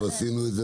עשינו את זה